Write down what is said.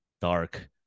dark